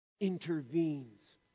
intervenes